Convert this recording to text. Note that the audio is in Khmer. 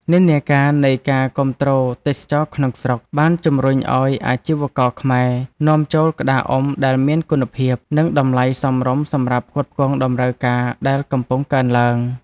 និន្នាការនៃការគាំទ្រទេសចរណ៍ក្នុងស្រុក បានជំរុញឱ្យអាជីវករខ្មែរនាំចូលក្តារអុំដែលមានគុណភាព និងតម្លៃសមរម្យសម្រាប់ផ្គត់ផ្គង់តម្រូវការដែលកំពុងកើនឡើង។